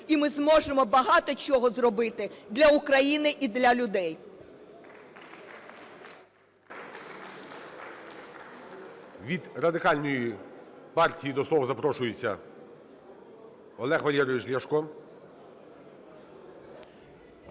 і ми зможемо багато чого зробити для України і для людей. ГОЛОВУЮЧИЙ. Від Радикальної партії до слова запрошується Олег Валерійович Ляшко.